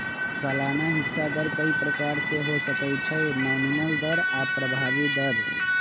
सलाना हिस्सा दर प्रकार के हो सकइ छइ नॉमिनल दर आऽ प्रभावी दर